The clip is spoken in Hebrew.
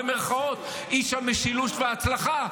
איש המשילות וההצלחה?